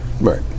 Right